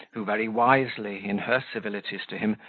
who very wisely, in her civilities to him,